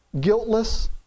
guiltless